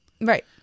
Right